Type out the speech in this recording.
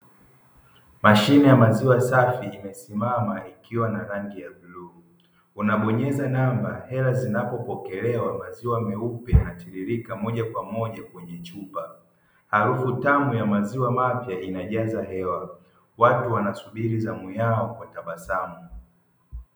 Mashine ya maziwa safi imesimama ikiwa na rangi ya bluu, unabonyeza namba hela zinapopokelewa, maziwa meupe yanatiririka moja kwa moja kwenye chupa, harufu tamu ya maziwa mapya yanajaza hewa, watu wanasubiri zao yao kwa tabasamu.